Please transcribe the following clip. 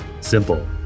simple